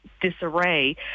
disarray